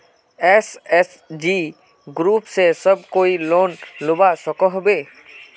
SHG group से सब कोई लोन लुबा सकोहो होबे?